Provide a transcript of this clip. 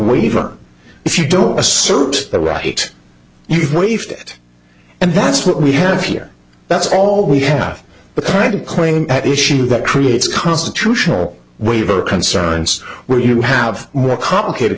waiver if you don't assert the right you've wasted and that's what we have here that's all we have the kind of claim at issue that creates constitutional waiver concerns where you have more complicated